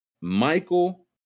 Michael